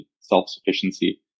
self-sufficiency